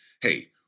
Hey